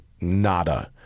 nada